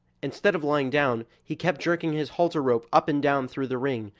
instead of lying down, he kept jerking his halter rope up and down through the ring,